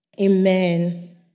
Amen